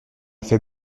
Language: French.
fait